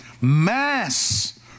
mass